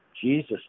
Jesus